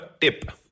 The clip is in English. tip